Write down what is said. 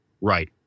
Right